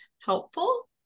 helpful